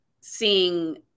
seeing